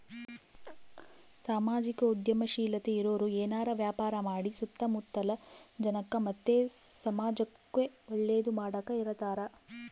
ಸಾಮಾಜಿಕ ಉದ್ಯಮಶೀಲತೆ ಇರೋರು ಏನಾರ ವ್ಯಾಪಾರ ಮಾಡಿ ಸುತ್ತ ಮುತ್ತಲ ಜನಕ್ಕ ಮತ್ತೆ ಸಮಾಜುಕ್ಕೆ ಒಳ್ಳೇದು ಮಾಡಕ ಇರತಾರ